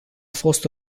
fost